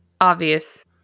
obvious